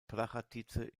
prachatice